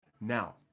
Now